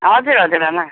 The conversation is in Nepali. हजुर हजुर मामा